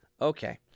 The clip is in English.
Okay